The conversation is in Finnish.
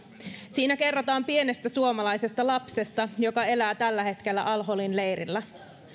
siinä kerrotaan pienestä suomalaisesta lapsesta joka elää tällä hetkellä al holin leirillä